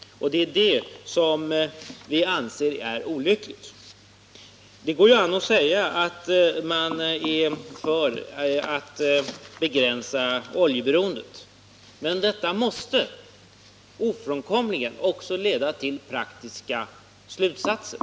Det är det som vi anser är olyckligt. Det går ju an att säga att man bör begränsa oljeberoendet, men detta måste ofrånkomligen också leda till praktiska slutsatser.